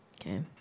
Okay